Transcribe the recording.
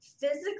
Physically